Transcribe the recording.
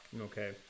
okay